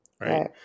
Right